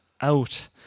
out